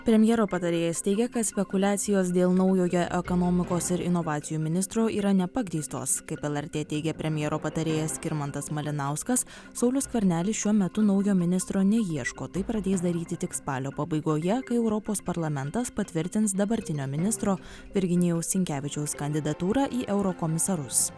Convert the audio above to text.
premjero patarėjas teigia kad spekuliacijos dėl naujojo ekonomikos ir inovacijų ministro yra nepagrįstos kaip lrt teigė premjero patarėjas skirmantas malinauskas saulius skvernelis šiuo metu naujo ministro neieško tai pradės daryti tik spalio pabaigoje kai europos parlamentas patvirtins dabartinio ministro virginijaus sinkevičiaus kandidatūrą į eurokomisarus